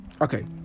Okay